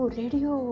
radio